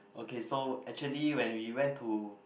okay so actually when we went to